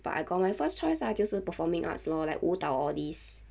but I got my first choice ah 就是 performing arts lor like 舞蹈 all this